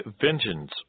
vengeance